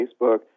Facebook